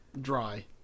dry